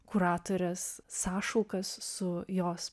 kuratorės sąšaukas su jos